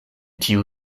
tiu